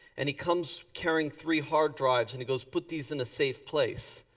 and he comes carrying three hard drives and he goes, put these in a safe place.